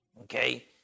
okay